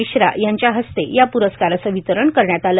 मिश्रा यांच्या हस्ते या प्रस्काराचे वितरण करण्यात आले